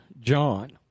John